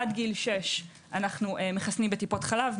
עד גיל 6 אנו מחסנים בטיפות החלב.